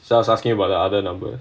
so I was asking about the other number